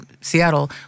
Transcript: Seattle